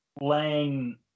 laying